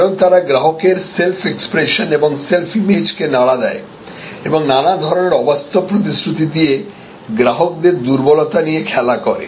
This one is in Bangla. কারণ তারা গ্রাহকের সেল্ফ এক্সপ্রেশন এবং সেলফ ইমেজ কে নাড়া দেয় এবং নানা ধরনের অবাস্তব প্রতিশ্রুতি দিয়ে গ্রাহকদের দুর্বলতাগুলি নিয়ে খেলা করে